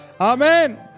Amen